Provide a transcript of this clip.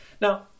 Now